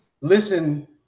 listen